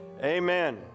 amen